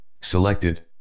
selected